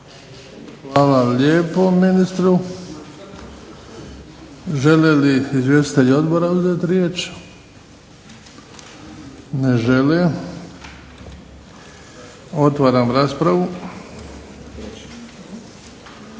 Hvala lijepo ministru. Žele li izvjestitelji odbora uzeti riječ? Ne žele. Otvaram raspravu.